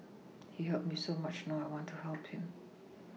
he helped me so much now I want to help him